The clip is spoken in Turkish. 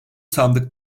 sandık